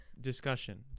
discussion